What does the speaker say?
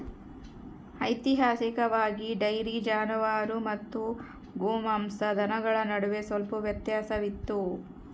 ಐತಿಹಾಸಿಕವಾಗಿ, ಡೈರಿ ಜಾನುವಾರು ಮತ್ತು ಗೋಮಾಂಸ ದನಗಳ ನಡುವೆ ಸ್ವಲ್ಪ ವ್ಯತ್ಯಾಸವಿತ್ತು